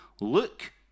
Look